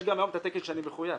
ויש גם היום את התקן שאני מחויב.